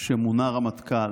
שמונה רמטכ"ל.